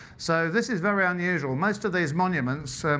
so this is very unusual. most of these monuments,